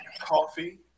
Coffee